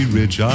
rich